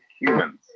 humans